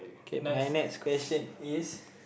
K my next question is